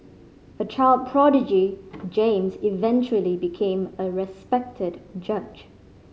a child prodigy James eventually became a respected judge